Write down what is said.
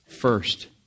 first